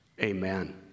Amen